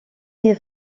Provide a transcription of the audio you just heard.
est